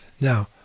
Now